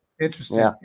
Interesting